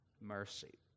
mercy